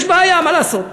יש בעיה, מה לעשות.